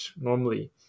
normally